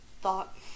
thought